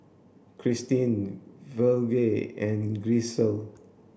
Christene Virgle and Gisele